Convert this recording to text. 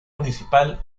municipal